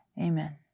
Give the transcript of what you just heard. amen